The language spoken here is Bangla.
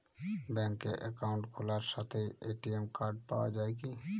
ব্যাঙ্কে অ্যাকাউন্ট খোলার সাথেই এ.টি.এম কার্ড পাওয়া যায় কি?